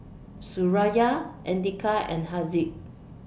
Suraya Andika and Haziq